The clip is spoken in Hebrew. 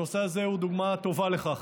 הנושא הזה הוא דוגמה טובה לכך.